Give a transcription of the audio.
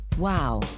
Wow